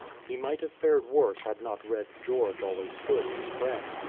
he might have fared worse had not red george always stood his friend,